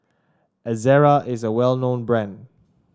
Ezerra is a well known brand